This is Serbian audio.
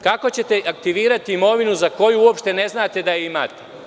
Kako ćete aktivirati imovinu za koju uopšte ne znate da je imate?